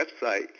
website